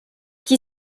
qui